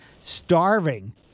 starving